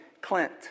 Clint